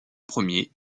premier